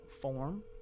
form